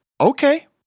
Okay